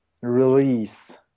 release